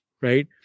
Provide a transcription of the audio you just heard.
right